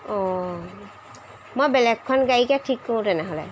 অঁ মই বেলেগ এখন গাড়ীকে ঠিক কৰোঁ তেনেহ'লে